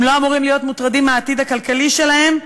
הם לא אמורים להיות מוטרדים מהעתיד הכלכלי שלהם.